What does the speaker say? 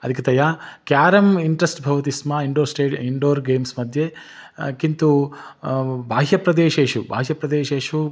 अधिकतया carrom interest भवति स्म इन्डोर् स्टेडि इन्डोर् गेम्स्मध्ये किन्तु बाह्यप्रदेशेषु बाह्य प्रदेशेषु